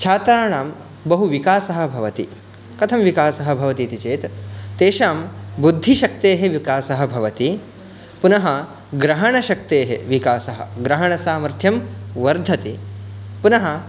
छात्राणां बहुविकासः भवति कथं विकासः भवति इति चेत् तेषां बुद्धिशक्तेः विकासः भवति पुनः ग्रहणशक्तेः विकासः ग्रहणसामर्थ्यं वर्धते पुनः